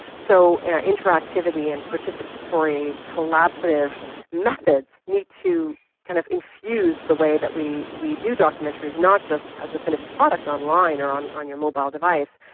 so interactivity and participatory collaborative methods need to kind of infuse the way that we we do documentaries, not just as a finished product online or on on your mobile device,